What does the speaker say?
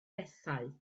bethau